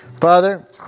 Father